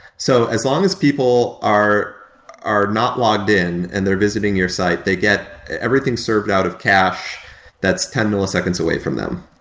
so as long as people are are not logged in and they're visiting your site, they get everything served out of cache that's ten milliseconds away from them.